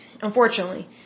unfortunately